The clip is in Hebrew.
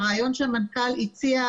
והרעיון שהמנכ"ל הציע,